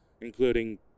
including